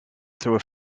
through